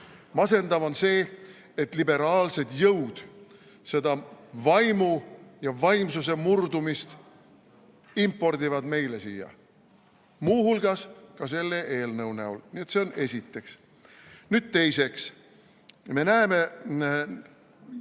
esiteks –, et liberaalsed jõud seda vaimu ja vaimsuse murdumist impordivad meile siia muu hulgas ka selle eelnõu näol. See on esiteks. Nüüd teiseks. Me näeme,